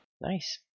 Nice